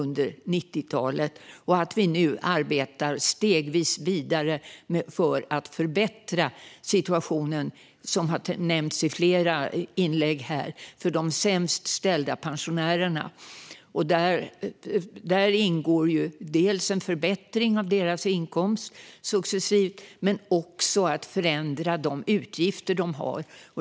Nu arbetar vi stegvis vidare för att förbättra situationen för de sämst ställda pensionärerna, vilket har nämnts i flera inlägg här. Där ingår en successiv förbättring av deras inkomster och att förändra deras utgifter.